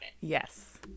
yes